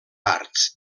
arts